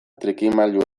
trikimailu